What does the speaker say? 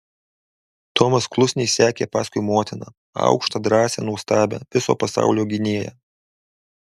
tomas klusniai sekė paskui motiną aukštą drąsią nuostabią viso pasaulio gynėją